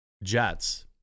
jets